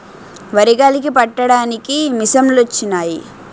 వరి గాలికి పట్టడానికి మిసంలొచ్చినయి